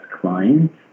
clients